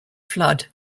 flood